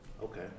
Okay